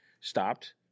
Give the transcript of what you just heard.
stopped